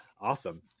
Awesome